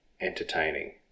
entertaining